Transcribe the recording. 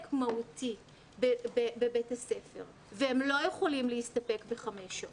מהותי בבית הספר והם לא יכולים להסתפק בחמש שעות,